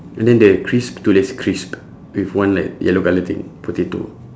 and then the crisp tulis crisp with one like yellow colour thing potato